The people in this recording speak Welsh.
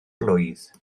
blwydd